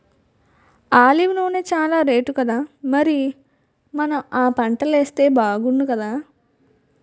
olive నూనె చానా రేటుకదా మరి మనం ఆ పంటలేస్తే బాగుణ్ణుకదా